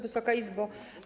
Wysoka Izbo!